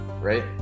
right